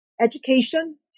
education